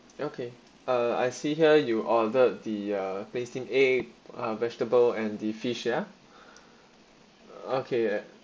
okay uh I see here you ordered the uh plain steam egg vegetable and the fish ah okay